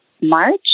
March